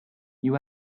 you